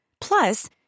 Plus